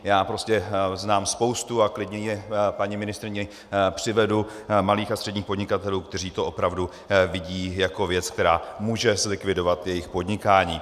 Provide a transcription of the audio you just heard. Já prostě znám spoustu a klidně je paní ministryni přivedu malých a středních podnikatelů, kteří to opravdu vidí jako věc, která může zlikvidovat jejich podnikání.